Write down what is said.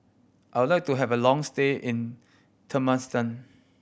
I would like to have a long stay in Turkmenistan